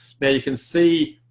there you can see